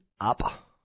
Up